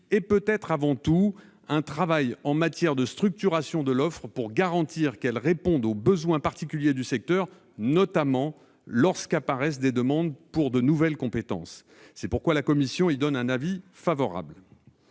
et peut-être avant tout, un travail de structuration de l'offre, pour garantir que celle-ci réponde aux besoins particuliers du secteur, notamment lorsqu'apparaissent des demandes de nouvelles compétences. La commission a donc émis un avis favorable